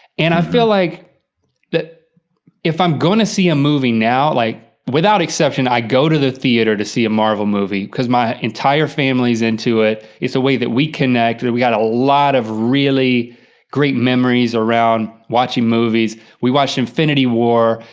and i feel like if i'm going to see a movie now, like without exception, i go to the theater to see a marvel movie because my entire family's into it, it's a way that we connect. we had a lot of really great memories around watching movies, we watched infinity war,